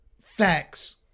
facts